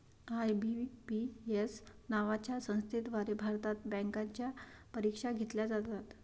IBPS नावाच्या संस्थेद्वारे भारतात बँकांच्या परीक्षा घेतल्या जातात